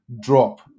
drop